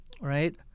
Right